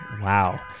Wow